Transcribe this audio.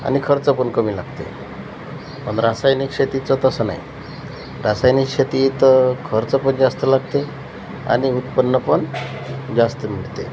आणि खर्च पण कमी लागते आणि रासायनिक शेतीचं तसं नाही रासायनिक शेतीत खर्च पण जास्त लागते आणि उत्पन्न पण जास्त मिळते